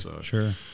sure